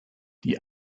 die